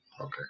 Okay